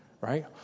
right